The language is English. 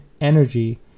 energy